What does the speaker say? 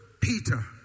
Peter